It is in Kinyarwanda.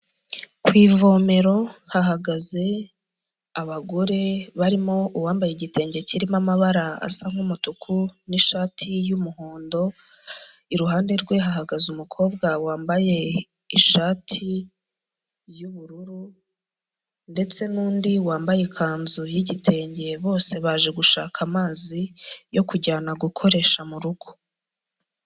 Ku ivomero hahagaze abagore barimo uwambaye igitenge kirimo amabara asa nk’umutuku n'ishati y'umuhondo, iruhande rwe hahagaze umukobwa wambaye ishati y'ubururu ndetse n’undi wambaye ikanzu y’igitenge, bose baje gushaka amazi yo kujyana gukoresha mu rugo.